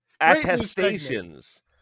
Attestations